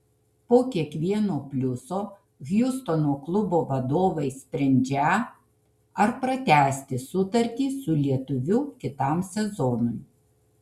po kiekvieno pliuso hjustono klubo vadovai sprendžią ar pratęsti sutartį su lietuviu kitam sezonui